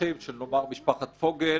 הרוצחים של משפחת פוגל,